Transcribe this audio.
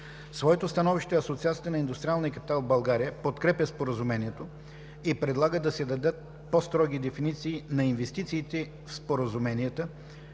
своето становище Асоциацията на индустриалния капитал в България подкрепя Споразумението и предлага да се дадат по-строги дефиниции на инвестициите в споразуменията,